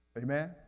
Amen